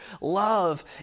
love